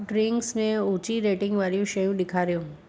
drinks में उची rating वारियूं शयूं ॾेखारियो